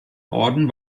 orden